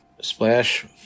Splash